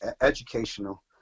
Educational